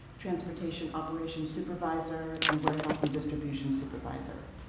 transportation operations supervisor, and warehouse and distribution supervisor.